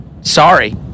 sorry